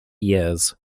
years